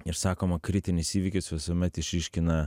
ir sakoma kritinis įvykis visuomet išryškina